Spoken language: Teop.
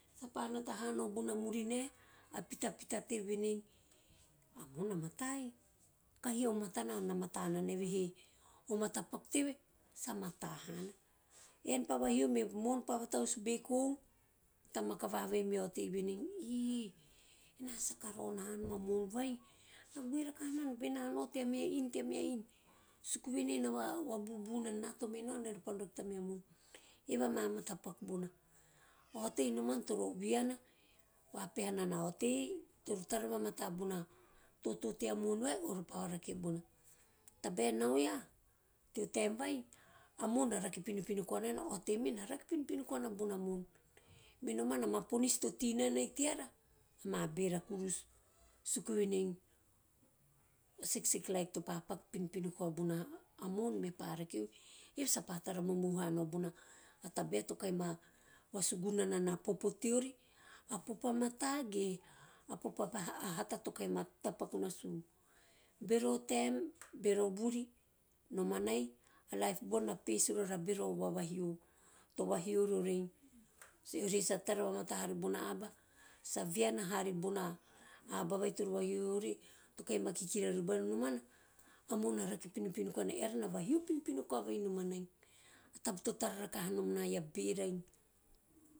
Sa mata hana. Ena pa vahiou mea mo`on pa vatavas beiko, tamaka vaha vai me a otei venei na vabubu nana, ena tome nao nepa nao rake ta meha mo`on. Eve ana matapaku bona. A otei nomana toro viana, na vapeha nana a oteo toro tara vamata bona toto tea mo`on vai ove pa rake bona, tabae nau yah, tea taim vai a mo`on na rake pinopino koa na, a otei me na rake pinopino koana bona mo`on. Me nomana ama ponis to tei nana en teara ama bera kurus, suku venei, a seksek laip topa paku pinopino koau bona mo`on mepa rakeu, evehe sa pa tara momohu hamau bona tabae tokahi ma vasugana nana a popo teori. A popo a mata ge? A popo to hata o kahi ma tapaku nasu, bero taem, bero vuri, nomanai a laip bona na face rori a bero vavahio, to vahio rori ei, eori he sa tara vamata hari bona aba, sa viana hari bona aba vai toro vahio ori to kahi ma kikira riu bari. Nomana a mo`on na rake pinopino koana, eara na vahio pinopino koa vai nomanai. A taba to tana rakaha nom a bean nai.